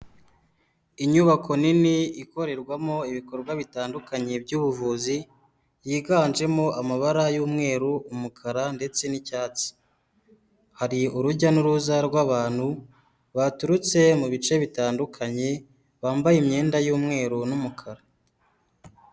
Inyubako nini ikorerwamo ibikorwa bitandukanye by'ubuvuzi, yiganjemo amabara y'umweru, umukara ndetse n'icyatsi. Hari urujya n'uruza rw'abantu baturutse mu bice bitandukanye, bambaye imyenda y'umweru n'umukara.